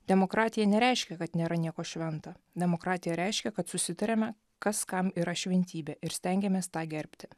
demokratija nereiškia kad nėra nieko švento demokratija reiškia kad susitariame kas kam yra šventybė ir stengiamės tą gerbti